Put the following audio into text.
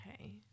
Okay